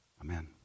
Amen